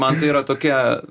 man tai yra tokia